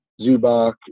Zubak